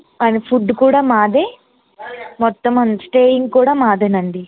food కూడా మాదే మొత్తం అండ్ స్టేయింగ్ కూడా మాదే అండి